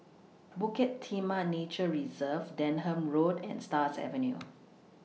Bukit Timah Nature Reserve Denham Road and Stars Avenue